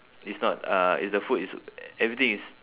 it's not uh it's the food is everything is